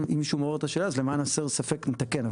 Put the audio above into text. אם מישהו מעורר את השאלה אז למען הסר ספק נתקן.